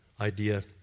idea